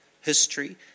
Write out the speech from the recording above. history